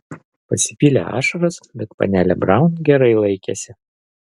pasipylė ašaros bet panelė braun gerai laikėsi